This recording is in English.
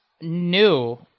new